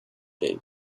day